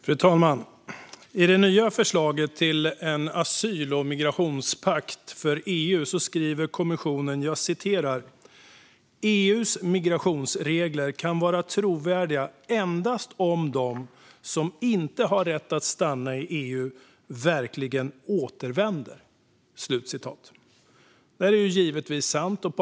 Fru talman! I det nya förslaget till en asyl och migrationspakt för EU skriver kommissionen på följande sätt: "EU:s migrationsregler kan vara trovärdiga endast om de som inte har rätt att stanna i EU verkligen återvänder." Detta är på alla sätt givetvis sant.